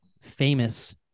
famous